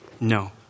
No